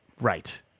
right